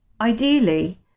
Ideally